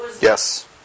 Yes